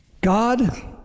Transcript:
God